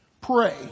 Pray